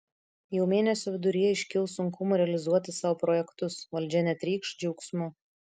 jau mėnesio viduryje iškils sunkumų realizuoti savo projektus valdžia netrykš džiaugsmu